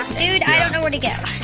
dude, i don't know where to go.